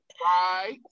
Right